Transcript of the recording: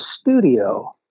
studio